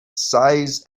size